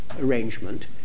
arrangement